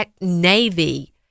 navy